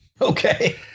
Okay